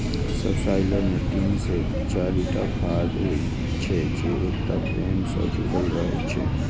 subsoiler मे तीन से चारिटा फाड़ होइ छै, जे एकटा फ्रेम सं जुड़ल रहै छै